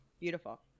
Beautiful